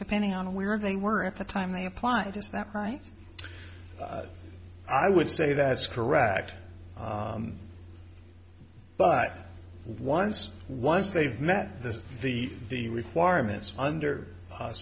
depending on where they were at the time they apply it is that right i would say that's correct but once once they've met the the requirements under